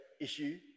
issue